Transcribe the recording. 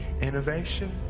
innovation